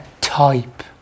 type